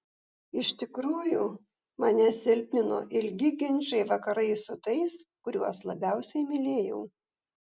iš tikrųjų mane silpnino ilgi ginčai vakarais su tais kuriuos labiausiai mylėjau